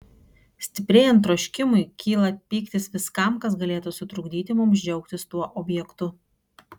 stiprėjant troškimui kyla pyktis viskam kas galėtų sutrukdyti mums džiaugtis tuo objektu